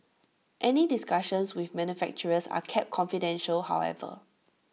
any discussions with manufacturers are kept confidential however